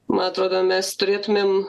man atrodo mes turėtumėm